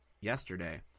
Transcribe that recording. yesterday